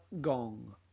Gong